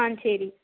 ஆ சரி